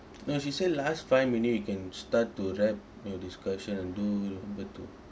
no she said last five minute we can start to wrap your discussion and do number two